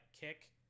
kick